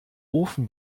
ofen